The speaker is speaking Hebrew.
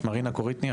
מרינה קוריטני.